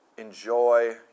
enjoy